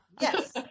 Yes